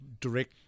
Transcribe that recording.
direct